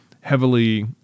heavily